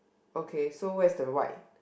okay so where's the white